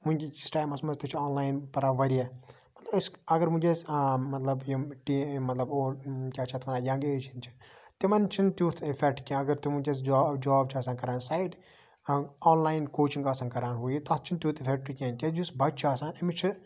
وِنکِکِس ٹایمَس مَنٛز تہِ چھُ آن لاین پَران واریاہ مَطلَب أسۍ اگر ونکٮ۪س مَطلَب یِم مطلب اولڈ کیاہ چھِ یتھ وَنان یَنٛگ ایج ہٕنٛدۍ چھِ تِمَن چھِ نہٕ تیُتھ اِفیٚکٹ کینٛہہ اگر تِم ونکٮ۪س جاب چھِ آسان کَران سایڈ آن لاین کوچِنٛگ آسان کَران ہُہ یہِ اتھ چھُ نہٕ تیُتھ اِفیٚکٹ کینٛہہ یُس بَچہِ چھُ آسان أمِس چھ